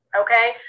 Okay